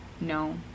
No